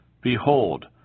Behold